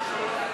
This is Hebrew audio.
נתקבלו.